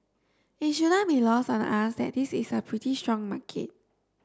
it shouldn't be lost on us that this is a pretty strong market